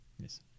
Yes